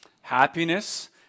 happiness